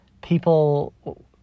people